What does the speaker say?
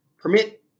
Permit